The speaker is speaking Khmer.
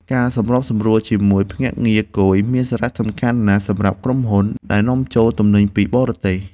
ការសម្របសម្រួលជាមួយភ្នាក់ងារគយមានសារៈសំខាន់ណាស់សម្រាប់ក្រុមហ៊ុនដែលនាំចូលទំនិញពីបរទេស។